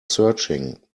searching